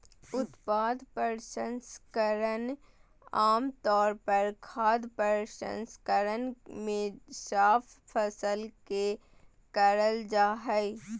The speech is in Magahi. उत्पाद प्रसंस्करण आम तौर पर खाद्य प्रसंस्करण मे साफ फसल के करल जा हई